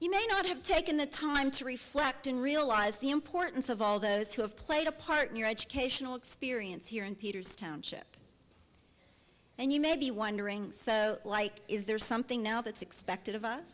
you may not have taken the time to reflect and realize the importance of all those who have played a part in your educational experience here in peter's township and you may be wondering like is there something now that's expected of us